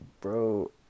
Bro